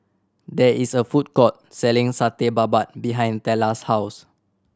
there is a food court selling Satay Babat behind Tella's house